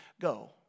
Go